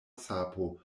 sapo